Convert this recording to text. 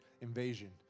invasion